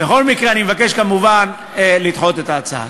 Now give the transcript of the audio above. בכל מקרה, אני אבקש כמובן לדחות את ההצעה.